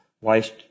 waste